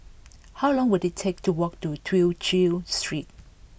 how long will it take to walk to Tew Chew Street